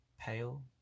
pale